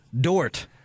Dort